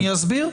אני אסביר.